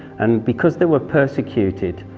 and because they were persecuted,